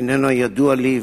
אינו ידוע לי,